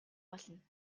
болно